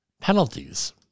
penalties